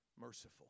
merciful